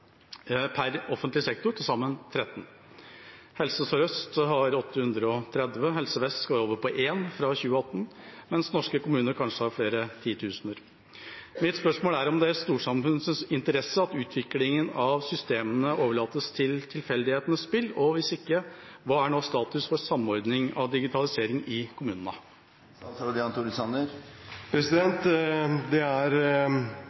offentlig sektor, til sammen 13. Helse Sør-Øst har 830, Helse Vest går over på én i 2018, mens norske kommuner kanskje har flere titusener. Mitt spørsmål er om det er i storsamfunnets interesse at utviklingen av systemene overlates til tilfeldighetenes spill. Og hvis ikke: Hva er nå status for samordning av digitalisering i kommunene?